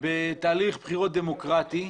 בתהליך בחירות דמוקרטי.